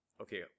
Okay